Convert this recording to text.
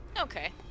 Okay